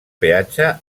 peatge